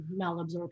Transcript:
malabsorption